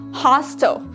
hostel